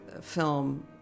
film